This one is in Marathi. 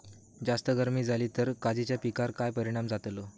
जास्त गर्मी जाली तर काजीच्या पीकार काय परिणाम जतालो?